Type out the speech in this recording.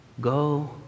Go